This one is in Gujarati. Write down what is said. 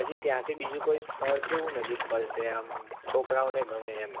પછી ત્યાંથી બીજું કોઈ સ્થળ કયું નજીક પડશે આમ છોકરાઓને ગમે એમ